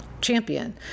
champion